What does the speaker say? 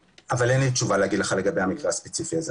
אבל אין לי תשובה ספציפית לומר לך בעניין המקרה הזה ספציפית.